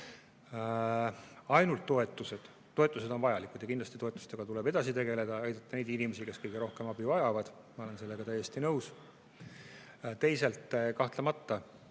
kord: tõepoolest, toetused on vajalikud ja kindlasti toetustega tuleb edasi tegeleda ja aidata neid inimesi, kes kõige rohkem abi vajavad, ma olen sellega täiesti nõus. Teisalt, kahtlemata,